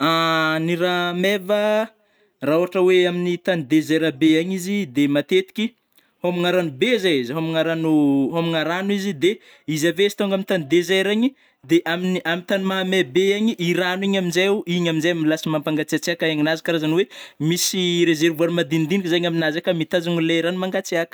Ny ra meva ra ôhatra oe amin'ny tany desert be agny izy de matetiky, hômagna rano be zai izy, hômagna rano hômagna rano izy de izy ave izy tonga ami tany desert igny de amin'ny- amy tany mahamay be igny I rano igny amizao igny amizay lasa mampangatsiatsiaky aigninazy karazana oe misy reservoir madinidiniky zegny aminazy ka mitazogno le rano mangatsiaka.